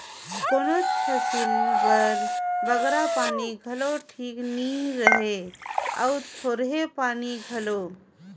कोनोच फसिल बर बगरा पानी घलो ठीक नी रहें अउ थोरहें पानी घलो